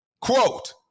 Quote